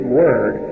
word